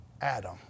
Adam